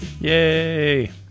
Yay